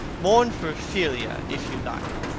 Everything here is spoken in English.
mourn for ophelia, if you like.